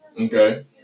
Okay